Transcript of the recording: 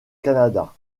canada